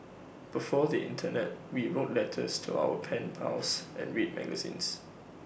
before the Internet we wrote letters to our pen pals and read magazines